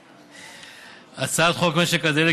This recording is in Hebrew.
אחמד,